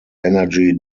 energy